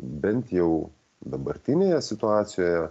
bent jau dabartinėje situacijoje